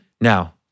Now